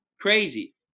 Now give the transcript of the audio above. Crazy